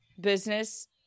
business